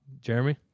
Jeremy